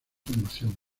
formación